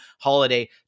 holiday